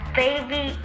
baby